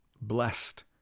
blessed